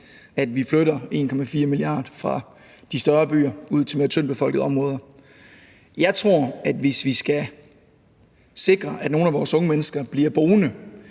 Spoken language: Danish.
at vi flytter 1,4 mia. kr. fra de større byer ud til mere tyndtbefolkede områder. Hvis vi skal sikre, at nogle af vores unge mennesker bliver boende